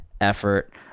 effort